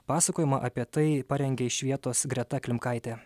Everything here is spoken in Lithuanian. pasakojimą apie tai parengė iš vietos greta klimkaitė